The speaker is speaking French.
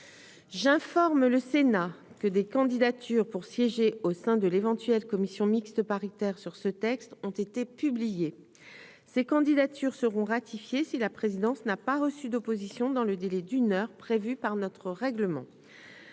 j'informe le Sénat que des candidatures pour siéger au sein de l'éventuelle commission mixte paritaire sur ce texte ont été publiés ces candidatures seront ratifiées si la présidence n'a pas reçu d'opposition dans le délai d'une heure prévue par notre règlement